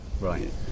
Right